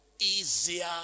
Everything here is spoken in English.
easier